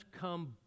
come